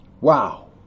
Wow